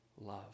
love